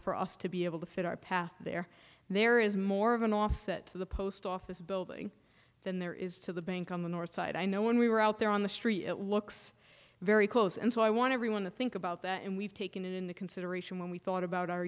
for us to be able to fit our path there there is more of an offset to the post office building than there is to the bank on the north side i know when we were out there on the street it looks very close and so i want everyone to think about that and we've taken into consideration when we thought about our